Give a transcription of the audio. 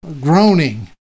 groaning